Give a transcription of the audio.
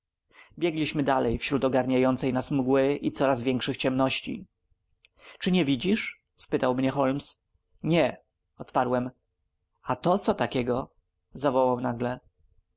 biegliśmy dalej wśród ogarniającej nas mgły i coraz większych ciemności czy nic nie widzisz spytał mnie holmes nie odparłem a to co takiego zawołał nagle